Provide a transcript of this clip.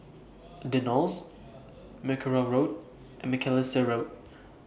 The Knolls Mackerrow Road and Macalister Road